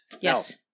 Yes